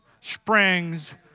springs